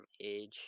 age